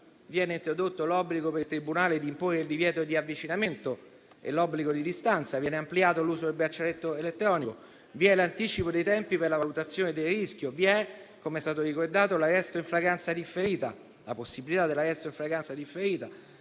viene introdotto l'obbligo per il tribunale di imporre il divieto di avvicinamento e l'obbligo di distanza; viene ampliato l'uso del braccialetto elettronico; si prevede l'anticipo dei tempi per la valutazione del rischio; vi è, come è stato ricordato, la possibilità dell'arresto in flagranza differita;